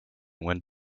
when